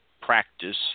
practice